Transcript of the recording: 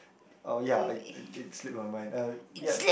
oh ya I it it slipped on my mind uh ya